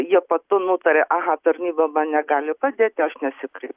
jie po to nutaria aha tarnyba man negali padėti aš nesikreipsiu